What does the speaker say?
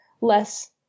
less